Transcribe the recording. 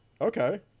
Okay